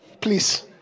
Please